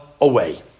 away